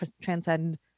transcend